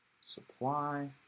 supply